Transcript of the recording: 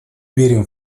верим